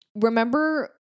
remember